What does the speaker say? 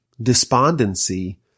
despondency